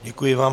Děkuji vám.